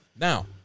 Now